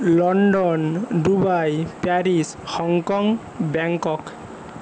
London Dubai Paris Hong Kong Bangkok